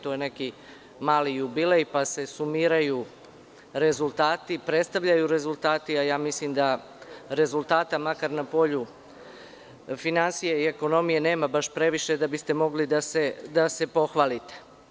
To je neki mali jubilej, pa se sumiraju rezultati, predstavljaju rezultati, a ja mislim da rezultata, makar na polju finansija i ekonomije, nema baš previše da biste mogli da se pohvalite.